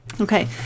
Okay